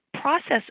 process